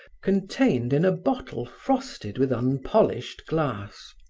contained in a bottle frosted with unpolished glass.